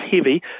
heavy